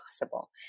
possible